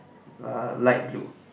uh light blue